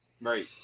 right